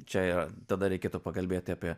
čia yra tada reikėtų pakalbėti apie